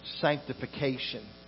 sanctification